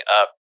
up